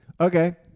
okay